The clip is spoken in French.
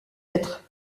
êtres